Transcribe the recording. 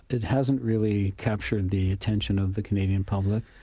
it hasn't really captured the attention of the canadian public,